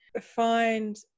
find